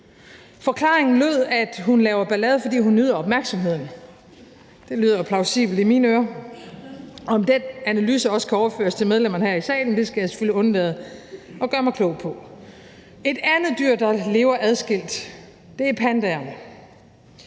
Forklaringen lød, at hun laver ballade, fordi hun nyder opmærksomheden – det lyder plausibelt i mine ører – og om den analyse også kan overføres til medlemmerne her i salen, skal jeg selvfølgelig undlade at gøre mig klog på. Et andet dyr, der lever adskilt, er pandaen.